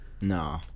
No